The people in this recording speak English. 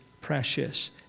precious